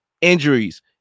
injuries